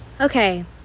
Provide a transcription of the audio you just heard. okay